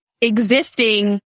existing